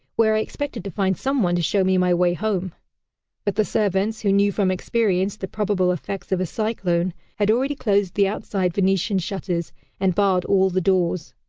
where i expected to find some one to show me my way home but the servants, who knew from experience the probable effects of a cyclone, had already closed the outside venetian shutters and barred all the doors.